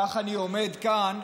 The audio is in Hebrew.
כך אני עומד כאן,